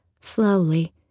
Slowly